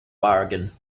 bargain